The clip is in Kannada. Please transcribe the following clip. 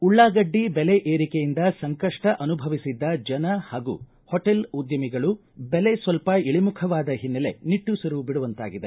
ಉಳ್ಳಾಗಡ್ಡಿ ಬೆಲೆ ಏರಿಕೆಯಿಂದ ಸಂಕಷ್ಟ ಅನುಭವಿಸಿದ್ದ ಜನ ಹಾಗೂ ಹೋಟೆಲ್ ಉದ್ಯಮಿಗಳು ಬೆಲೆ ಸ್ವಲ್ಪ ಇಳಿಮುಖವಾದ ಹಿನ್ನೆಲೆ ನಿಟ್ಟುಸಿರು ಬಿಡುವಂತಾಗಿದೆ